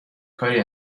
کاری